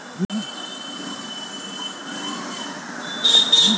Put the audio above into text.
खेती करने के कितने तरीके हैं?